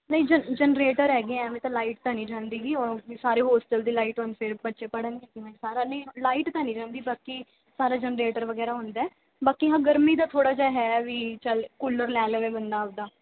ਨਹੀਂ ਜ ਜਨਰੇਟਰ ਹੈਗੇ ਹੈ ਐਵੇਂ ਤਾਂ ਲਾਈਟ ਤਾਂ ਨਹੀਂ ਜਾਂਦੀ ਗੀ ਔਰ ਸਾਰੇ ਹੋਸਟਲ ਦੀ ਲਾਈਟ ਹੁਣ ਫੇਰ ਬੱਚੇ ਪੜ੍ਹਨਗੇ ਕਿਵੇਂ ਸਾਰਿਆਂ ਨੇ ਲਾਈਟ ਤਾਂ ਨਹੀਂ ਜਾਂਦੀ ਬਾਕੀ ਸਾਰੇ ਜਨਰੇਟਰ ਵਗੈਰਾ ਹੁੰਦਾ ਬਾਕੀ ਹਾਂ ਗਰਮੀ ਦਾ ਥੋੜ੍ਹਾ ਜਿਹਾ ਹੈ ਵੀ ਚੱਲ ਕੂਲਰ ਲੈ ਲਵੇ ਬੰਦਾ ਆਪਦਾ